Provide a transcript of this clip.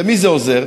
למי זה עוזר?